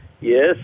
Yes